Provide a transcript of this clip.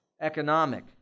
economic